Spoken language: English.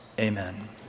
Amen